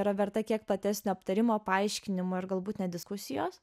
yra verta kiek platesnio aptarimo paaiškinimo ir galbūt net diskusijos